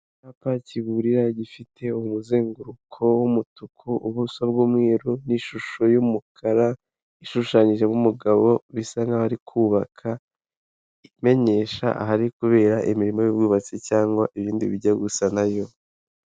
Icyapa kiburira gifite umuzenguruko w'umutuku ubuso bw'umweru n'ishusho y'umukara ishushanyijemo umugabo bisa n'aho kubaka imenyesha ahari kubera imirimo y'ubwubatsi cyangwa ibindi bijya gusa nayo